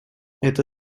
это